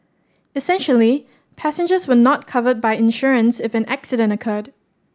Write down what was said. essentially passengers were not covered by insurance if an accident occurred